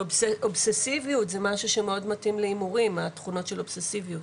שמאוד מתאים להימורים, התכונות של אובססיביות.